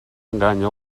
enganya